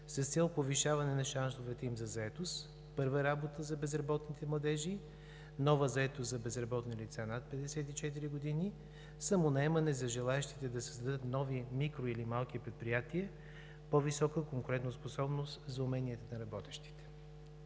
с цел повишаване на шансовете им за заетост – първа работа за безработните младежи, нова заетост за безработните лица над 54 години, самонаемане за желаещите да създадат нови микро или малки предприятия, по-висока конкурентоспособност за уменията на работещите.